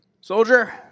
Soldier